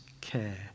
care